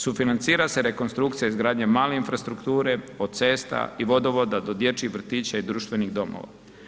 Sufinancira se rekonstrukcija izgradnje male infrastrukture od cesta i vodovoda do dječjih vrtića i društvenih domova.